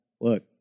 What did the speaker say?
Look